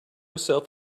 self